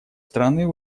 страны